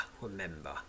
remember